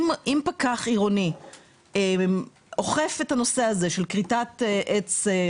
אם פקח עירוני אוכף את הנושא הזה של כריתת עץ,